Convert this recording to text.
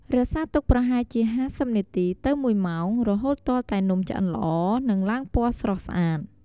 រក្សាទុកប្រហែលជា ៥០ នាទី ទៅ ១ ម៉ោង រហូតទាល់តែនំឆ្អិនល្អ និងឡើងពណ៌ស្រស់ស្អាត។